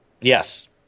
Yes